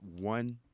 one